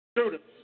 students